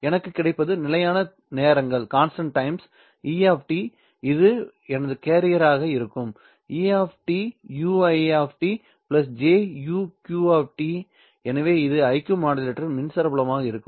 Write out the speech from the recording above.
எனக்கு கிடைப்பது நிலையான நேரங்கள் E¿ இது எனது கேரியராக இருக்கும் E¿ ui juq ¿ எனவே இது IQ மாடுலேட்டர் மின்சார புலமாக இருக்கும்